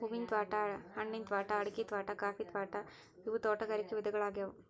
ಹೂವಿನ ತ್ವಾಟಾ, ಹಣ್ಣಿನ ತ್ವಾಟಾ, ಅಡಿಕಿ ತ್ವಾಟಾ, ಕಾಫಿ ತ್ವಾಟಾ ಇವು ತೋಟಗಾರಿಕ ವಿಧಗಳ್ಯಾಗ್ಯವು